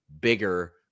bigger